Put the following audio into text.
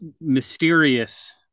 mysterious